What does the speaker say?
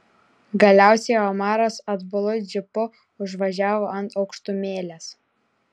galiausiai omaras atbulu džipu užvažiavo ant aukštumėlės